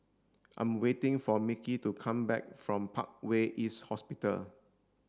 I'm waiting for Micky to come back from Parkway East Hospital